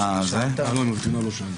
הוא עוד לא החזיר לי תשובה.